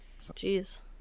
Jeez